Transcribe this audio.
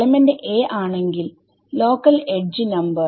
element aആണെങ്കിൽ local edge number